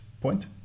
point